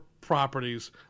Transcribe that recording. properties